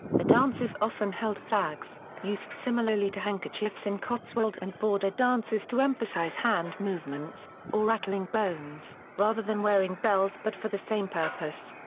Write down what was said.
the dancers often held flags, used similarly to handkerchiefs in cotswold and border dances to emphasise hand movements, or rattling bones, rather than wearing bells but for the same purpose.